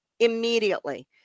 Immediately